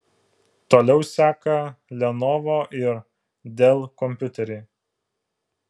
toliau seka lenovo ir dell kompiuteriai